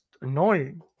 annoying